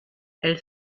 elle